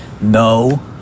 no